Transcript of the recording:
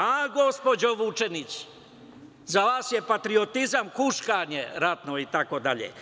Aha, gospođo Vučenić, za vas je patriotizam huškanje ratno itd.